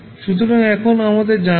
সুতরাং এখন আমাদের জানা আছে